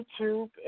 YouTube